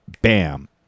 bam